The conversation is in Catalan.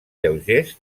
lleugers